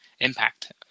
impact